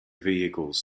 vehicles